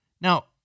Now